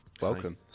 welcome